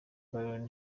bayern